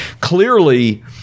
clearly